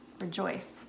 rejoice